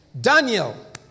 Daniel